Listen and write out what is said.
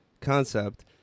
concept